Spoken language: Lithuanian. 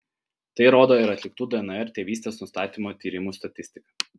tai rodo ir atliktų dnr tėvystės nustatymo tyrimų statistika